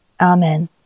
Amen